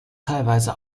teilweise